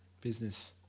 business